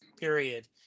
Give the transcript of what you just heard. period